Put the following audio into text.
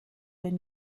been